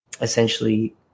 essentially